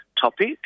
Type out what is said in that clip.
topic